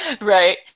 right